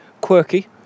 Quirky